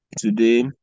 Today